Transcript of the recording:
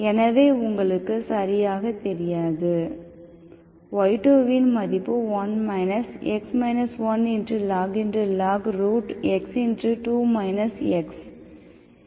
எனவே உங்களுக்கு சரியாகத் தெரியாது y2 இன் மதிப்பு 1 x 1log x2 x